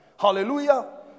Hallelujah